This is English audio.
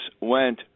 went